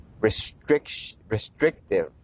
restrictive